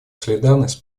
солидарность